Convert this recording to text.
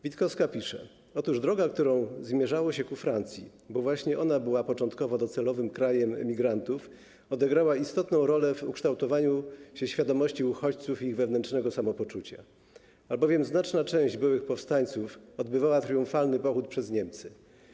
Witkowska pisze: Otóż droga, którą zmierzało się ku Francji, bo właśnie ona była początkowo docelowym krajem emigrantów, odegrała istotną rolę w ukształtowaniu się świadomości uchodźców i ich wewnętrznego samopoczucia, albowiem znaczna część byłych powstańców odbywała triumfalny pochód przez Niemcy.